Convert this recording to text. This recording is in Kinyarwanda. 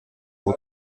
ubu